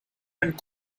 and